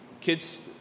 kids